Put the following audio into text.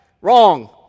Wrong